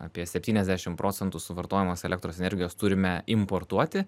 apie septyniasdešim procentų suvartojamos elektros energijos turime importuoti